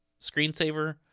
screensaver